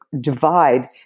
divide